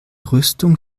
rüstung